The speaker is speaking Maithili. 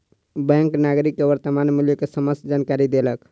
बैंक नागरिक के वर्त्तमान मूल्य के समस्त जानकारी देलक